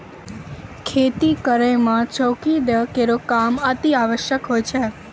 खेती करै म चौकी दै केरो काम अतिआवश्यक होय छै